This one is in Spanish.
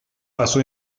pasó